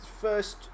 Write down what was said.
first